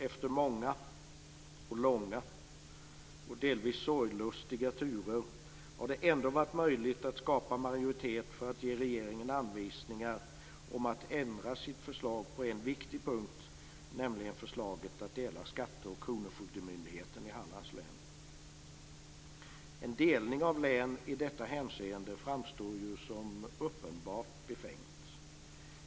Efter många, långa och delvis sorglustiga turer har det ändå varit möjligt att skapa majoritet för att ge regeringen anvisningar om att ändra sitt förslag på en viktig punkt, nämligen när det gäller delning av skatte och kronofogdemyndigheten i Hallands län. En delning av län i detta hänseende framstår som uppenbart befängd.